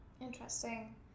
Interesting